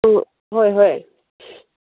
ꯑꯗꯨ ꯍꯣꯏ ꯍꯣꯏ